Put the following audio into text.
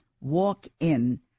walk-in